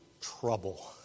trouble